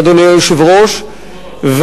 אדוני היושב-ראש,